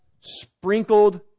sprinkled